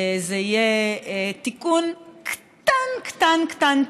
זה יהיה תיקון קטן, קטן,